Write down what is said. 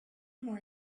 more